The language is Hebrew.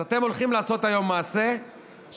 אז אתם הולכים לעשות היום מעשה שאני